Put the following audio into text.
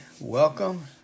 Welcome